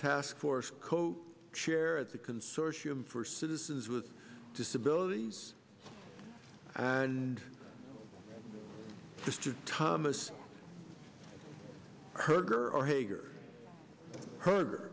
taskforce coat chair at the consortium for citizens with disabilities and mr thomas her